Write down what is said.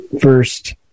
first